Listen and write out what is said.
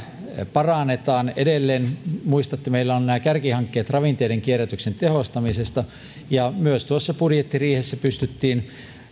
parannetaan edelleen muistatte että meillä on nämä kärkihankkeet ravinteiden kierrätyksen tehostamisesta ja myös budjettiriihessä pystyttiin